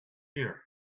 here